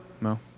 No